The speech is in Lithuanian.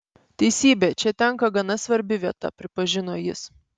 teisybė čia tenka gana svarbi vieta pripažino jis